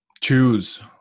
choose